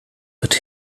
but